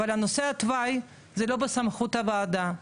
אבל הנושא התוואי זה לא בסמכות הוועדה,